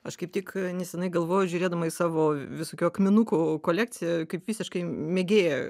aš kaip tik nesenai galvojau žiūrėdama į savo visokių akmenukų kolekciją kaip visiškai mėgėja